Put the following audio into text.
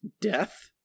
death